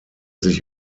sich